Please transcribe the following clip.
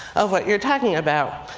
of what you're talking about.